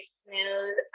smooth